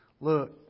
Look